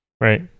right